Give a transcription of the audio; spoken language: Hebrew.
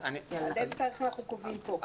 איזה תאריך אנחנו קובעים פה.